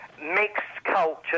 mixed-culture